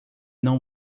não